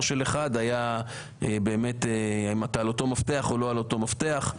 של 1 הוא באמת על אותו מפתח או לא על אותו מפתח.